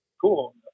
Cool